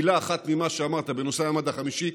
מילה אחת ממה שאמרת בנושא המימד החמישי,